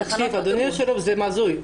אדוני היושב-ראש, זה הזוי.